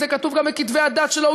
זה כתוב גם בכתבי הדת שלו,